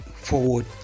forward